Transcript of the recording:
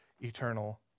eternal